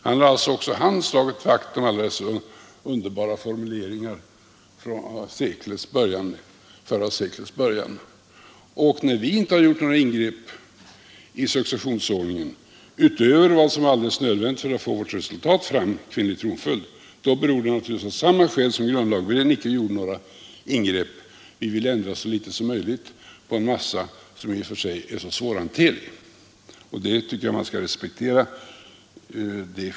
Även han har sålunda slagit vakt om alla dessa underbara formuleringar från förra seklets början. Och när vi inte har gjort några ingrepp i successionsordningen, utöver vad som var alldeles nödvändigt för att få något resultat rörande frågan om kvinnlig tronföljd, så är skälet härtill naturligtvis detsamma som när grundlagberedningen inte gjorde några ingrepp. Vi ville ändra så litet som möjligt i en materia som i och för sig är mycket svårhanterlig. Det skälet tycker jag man skall respektera.